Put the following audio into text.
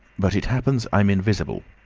but it happens i'm invisible.